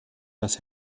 dass